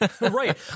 Right